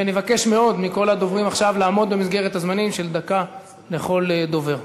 ואני מבקש מאוד מכל הדוברים עכשיו לעמוד במסגרת הזמנים של דקה לכל דובר.